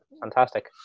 Fantastic